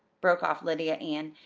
broke off lydia ann,